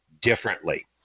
differently